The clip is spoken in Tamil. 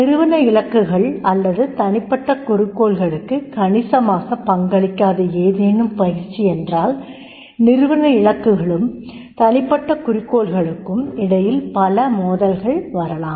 நிறுவன இலக்குகள் அல்லது தனிப்பட்ட குறிக்கோள்களுக்கு கணிசமாக பங்களிக்காத ஏதேனும் பயிற்சி என்றால் நிறுவன இலக்குகளுக்கும் தனிப்பட்ட குறிக்கோள்களுக்கும் இடையில் பல மோதல்கள் வரலாம்